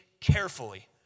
carefully